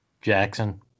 Jackson